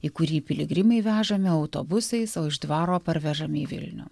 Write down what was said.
į kurį piligrimai vežami autobusais o iš dvaro parvežami į vilnių